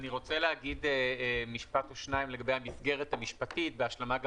אני רוצה להגיד משפט או שניים לגבי המסגרת המשפטית בהשלמה גם